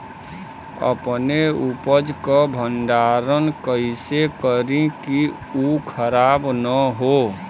अपने उपज क भंडारन कइसे करीं कि उ खराब न हो?